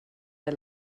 der